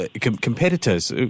competitors